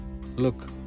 Look